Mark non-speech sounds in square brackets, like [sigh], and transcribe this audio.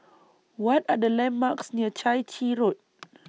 What Are The landmarks near Chai Chee Road [noise]